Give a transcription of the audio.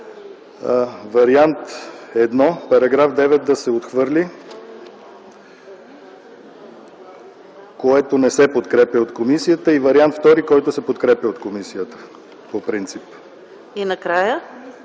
Вариант І: Параграф 9 да се отхвърли, което не се подкрепя от комисията. Вариант ІІ, който се подкрепя от комисията по принцип. Комисията